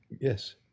yes